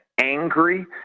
angry